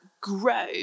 grow